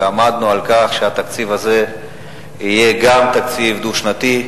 ועמדנו על כך שגם התקציב הזה יהיה תקציב דו-שנתי.